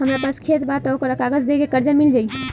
हमरा पास खेत बा त ओकर कागज दे के कर्जा मिल जाई?